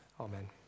Amen